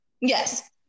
yes